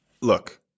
look